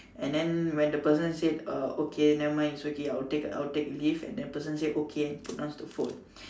and then when the person said uh okay nevermind it's okay I will take I will take leave and that person say okay and put downs the phone